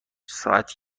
ساعت